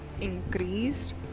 increased